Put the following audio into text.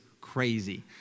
crazy